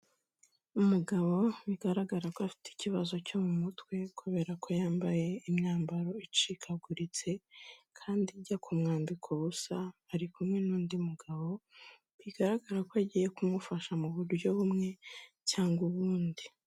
Umugabo bigaragara ko afite ikibazo cyo mu mutwe kubera ko yambaye imyambaro icikaguritse, kandi ijya kumwambika ubusa, ari kumwe n'undi mugabo bigaragara ko agiye kumufasha mu buryo bumwe cyangwa ubundi.